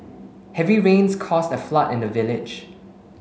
heavy rains caused a flood in the village